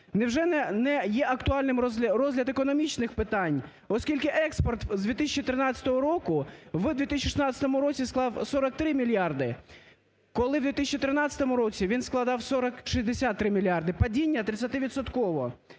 Невже не є актуальним розгляд економічних питань? Оскільки експорт з 2013 року в 2016 році склав 43 мільярди, коли в 2013 році він складав 63 мільярди. Падіння